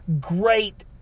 great –